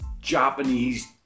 Japanese